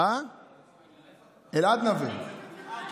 גלעד נוה, וכמובן,